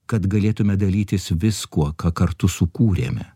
kad galėtume dalytis viskuo ką kartu sukūrėme